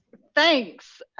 thanks.